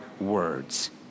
words